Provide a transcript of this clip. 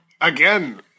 Again